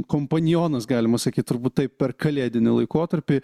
kompanionas galima sakyt turbūt taip per kalėdinį laikotarpį